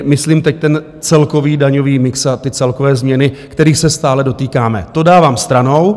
Myslím teď celkový daňový mix a celkové změny, kterých se stále dotýkáme, to dávám stranou.